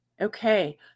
Okay